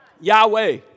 Yahweh